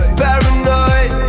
paranoid